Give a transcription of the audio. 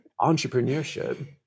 entrepreneurship